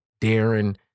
Darren